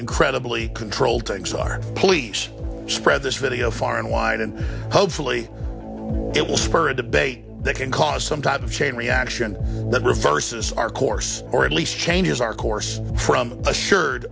incredibly controlled things are police spread this video far and wide and hopefully it will spur a debate that can cause some type of chain reaction that reverses our course or at least changes our course from assured